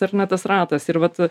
ar ne tas ratas ir vat